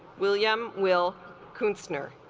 william will come sooner